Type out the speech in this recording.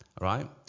right